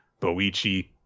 Boichi